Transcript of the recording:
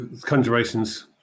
conjurations